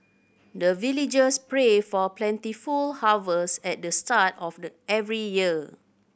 the villagers pray for plentiful harvest at the start of the every year